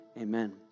amen